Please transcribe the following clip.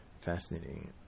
fascinating